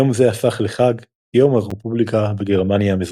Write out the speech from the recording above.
יום זה הפך לחג "יום הרפובליקה" בגרמניה המזרחית.